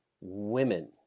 women